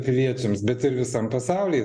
piliečiams bet ir visam pasauly